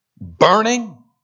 burning